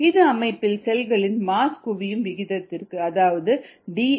இது அமைப்பில் செல்களின் மாஸ் குவியும் விகிதத்திற்கு அதாவது ddt க்கு சமமாக இருக்கும்